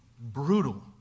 brutal